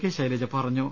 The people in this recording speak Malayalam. കെ ശൈലജ് പുറഞ്ഞു